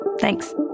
Thanks